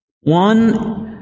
One